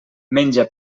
menja